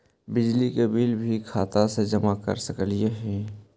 बिजली के बिल भी खाता से जमा कर सकली ही?